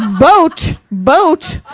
boat, boat,